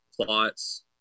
plots